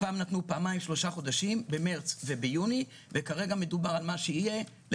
הפעם נתנו פעמיים שלושה חודשים במארס וביוני וכרגע מדובר על מה שיהיה.